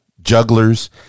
jugglers